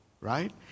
Right